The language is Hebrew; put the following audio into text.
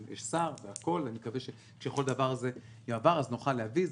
יש שר והכל, אני מקווה שנוכל להביא את זה.